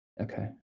Okay